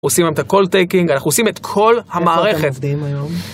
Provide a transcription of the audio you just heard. - עושים להם את ה-call taking, אנחנו עושים את כל המערכת. - איפה אתם עובדים היום?